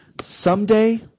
someday